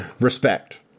Respect